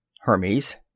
Hermes